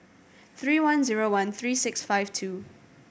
three one zero one three six five two